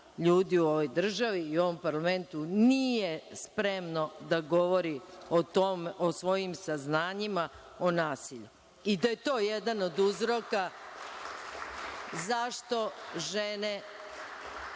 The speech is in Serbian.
ljudi u ovoj državi i ovom parlamentu nije spremna da govori o svojim saznanjima o nasilju i da je to jedan od uzroka zašto žene,